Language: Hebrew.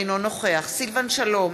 אינו נוכח סילבן שלום,